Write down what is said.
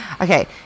Okay